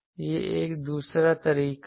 यह एक दूसरा तरीका है